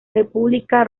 república